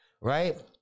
right